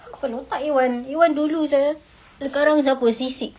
kepala otak A one A one dulu sia sekarang apa C six